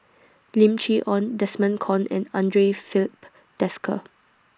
Lim Chee Onn Desmond Kon and Andre Filipe Desker